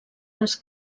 les